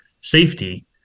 safety